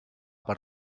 per